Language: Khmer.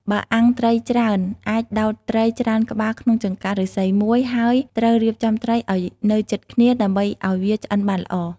បើអាំងត្រីច្រើន អាចដោតត្រីច្រើនក្បាលក្នុងចង្កាក់ឫស្សីមួយ ហើយត្រូវរៀបចំត្រីឲ្យនៅជិតគ្នា ដើម្បីឲ្យវាឆ្អិនបានល្អ។